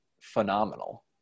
phenomenal